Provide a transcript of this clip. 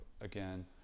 again